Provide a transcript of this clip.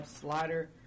Slider